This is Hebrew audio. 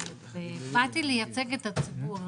באתי לייצג את הציבור.